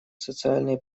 социальные